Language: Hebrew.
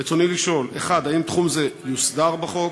רצוני לשאול: 1. האם תחום זה יוסדר בחוק?